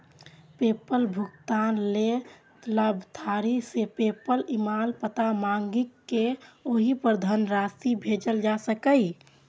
PayPal भुगतान लेल लाभार्थी सं पेपल ईमेल पता मांगि कें ओहि पर धनराशि भेजल जा सकैए